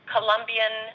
Colombian